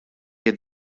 had